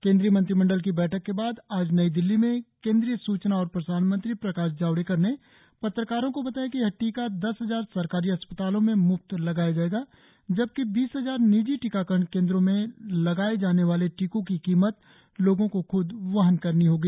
केन्द्रीय मंत्रिमंडल की बैठक के बाद आज नई दिल्ली में सूचना और प्रसारण मंत्री प्रकाश जावडेकर ने पत्रकारों को बताया कि यह टीका दस हजार सरकारी असपतालों में मुफ्त लगाया जायेगा जबकि बीस हजार निजी टीकाकरण केन्द्रों में लगाये जाने वाले टीकों की कीमत लोगों को खूद वहन करनी होगी